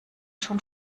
schon